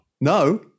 No